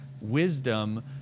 wisdom